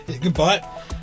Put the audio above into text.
Goodbye